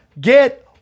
get